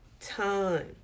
time